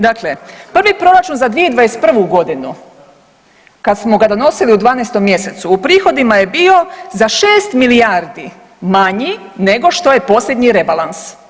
Dakle, prvi proračun za 2021. godinu kad smo ga donosili u 12 mjesecu u prihodima je bio za 6 milijardi manji nego što je posljednji rebalans.